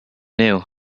new